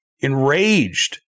enraged